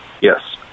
Yes